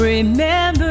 Remember